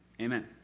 amen